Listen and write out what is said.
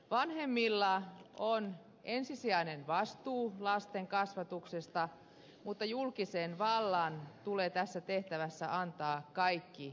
vanhemmilla on ensisijainen vastuu lasten kasvatuksesta mutta julkisen vallan tulee tässä tehtävässä antaa kaikki tuki